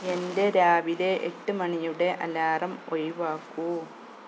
എന്റെ രാവിലെ എട്ട് മണിയുടെ അലാറം ഒഴിവാക്കൂ